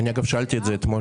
אני אגב שאלתי את זה אתמול.